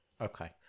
Okay